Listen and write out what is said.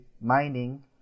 mining